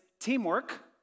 Teamwork